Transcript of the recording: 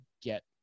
get